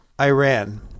Iran